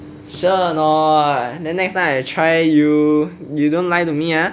sure or not then next time I try you you don't lie to me ah